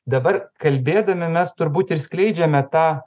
dabar kalbėdami mes turbūt ir skleidžiame tą